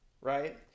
Right